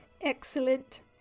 excellent